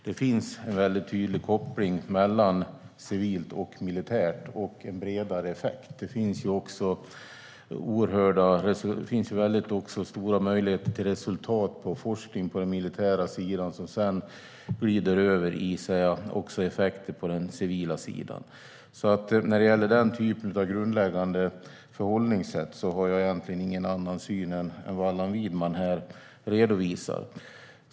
Det finns en väldigt tydlig koppling mellan civilt och militärt och en bredare effekt. Det finns också stora möjligheter till resultat i forskning på den militära sidan som sedan glider över i effekter också på den civila sidan. När det gäller den typen av grundläggande förhållningssätt har jag egentligen ingen annan syn än vad Allan Widman här redovisar.